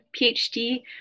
PhD